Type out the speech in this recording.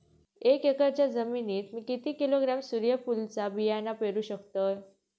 एक एकरच्या जमिनीत मी किती किलोग्रॅम सूर्यफुलचा बियाणा पेरु शकतय?